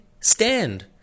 stand